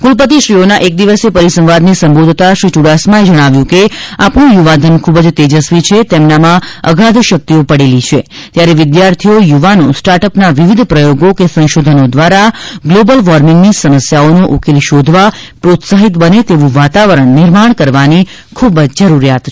ક્રલપતિશ્રીઓના એકદિવસીય પરિસંવાદને સંબોધતા શ્રી યુડાસમાએ જણાવ્યું હતું કે આપણું યુવાધન ખુબ જ તેજસ્વી છે તેમનામાં અગાધ શક્તિઓ પડેલી છે ત્યારે વિદ્યાર્થીઓ યુવાનો સ્ટાર્ટઅપના વિવિધ પ્રયોગો કે સંશોધનો દ્વારા ગ્લોબલ વોર્મિંગની સમસ્યોઓનો ઉકેલ શોધવા પ્રોત્સાહિત બને તેવુ વાતાવરણ નિર્માણ કરવાની ખૂબ જ જરૂરિયાત છે